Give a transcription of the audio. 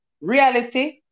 Reality